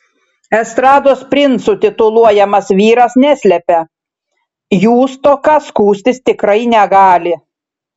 estrados princu tituluojamas vyras neslepia jų stoka skųstis tikrai negali